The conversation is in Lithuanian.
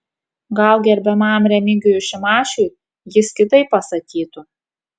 gal gerbiamam remigijui šimašiui jis kitaip pasakytų